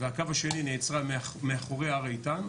והקו השני היא נעצרה מאחורי הר איתן,